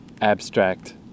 abstract